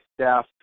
staff